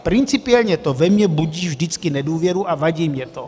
Principiálně to ve mně budí vždycky nedůvěru a vadí mi to.